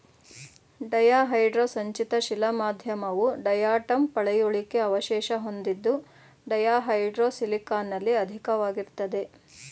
ಡಯಾಹೈಡ್ರೋ ಸಂಚಿತ ಶಿಲಾ ಮಾಧ್ಯಮವು ಡಯಾಟಂ ಪಳೆಯುಳಿಕೆ ಅವಶೇಷ ಹೊಂದಿದ್ದು ಡಯಾಹೈಡ್ರೋ ಸಿಲಿಕಾನಲ್ಲಿ ಅಧಿಕವಾಗಿರ್ತದೆ